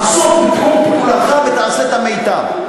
עסוק בתחום פעולתך ותעשה את המיטב.